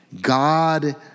God